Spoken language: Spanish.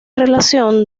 relación